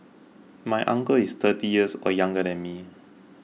my uncle is thirty years or younger than me